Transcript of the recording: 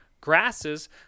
grasses